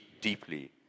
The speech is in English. deeply